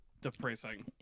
depressing